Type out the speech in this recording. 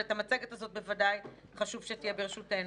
והמצגת הזאת בוודאי חשוב שתהיה ברשותנו.